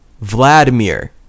Vladimir